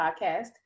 podcast